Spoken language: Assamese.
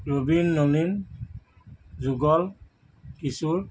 ৰবীন নবীন যুগল কিশোৰ